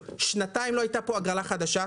שנתיים לא הייתה פה הגרלה חדשה,